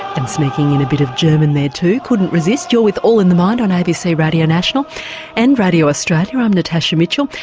and sneaking in a bit of german there too, couldn't resist. you're with all in the mind on abc radio national and radio australia. i'm natasha mitchell.